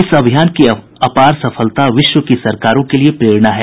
इस अभियान की अपार सफलता विश्व की सरकारों के लिए प्रेरणा है